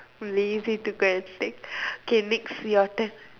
lazy to go and take K next your turn